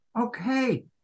Okay